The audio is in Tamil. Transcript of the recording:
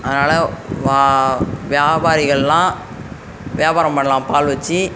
அதனால் வா வியாபாரிகளெலாம் வியாபாரம் பண்ணலாம் பால் வச்சு